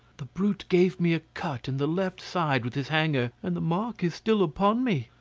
the brute gave me a cut in the left side with his hanger, and the mark is still upon me.